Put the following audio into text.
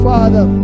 Father